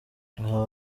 aba